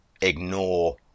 ignore